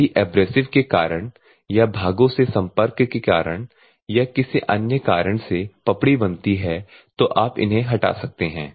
यदि एब्रेसिव के कारण या भागों से संपर्क के कारण या किसी अन्य कारण से पपड़ी बनती हैं तो आप इन्हें हटा सकते हैं